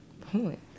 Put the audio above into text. point